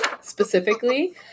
Specifically